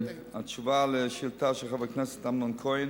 התשובה על השאילתא של חבר הכנסת אמנון כהן,